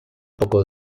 poco